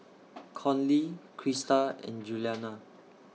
Conley Crista and Giuliana